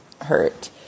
hurt